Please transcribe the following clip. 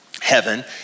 heaven